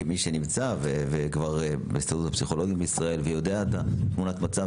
כמי שנמצא בהסתדרות הפסיכולוגים בישראל ויודע את תמונת המצב,